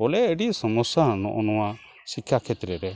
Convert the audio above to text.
ᱵᱚᱞᱮ ᱟᱹᱰᱤ ᱥᱚᱢᱚᱥᱥᱟ ᱱᱚᱜᱼᱚ ᱱᱚᱣᱟ ᱥᱤᱠᱠᱷᱟ ᱠᱷᱮᱛᱨᱮ ᱨᱮ